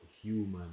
human